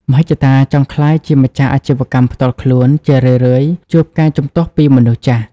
មហិច្ឆតាចង់ក្លាយជាម្ចាស់អាជីវកម្មផ្ទាល់ខ្លួន ជារឿយៗជួបការជំទាស់ពីមនុស្សចាស់។